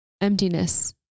emptiness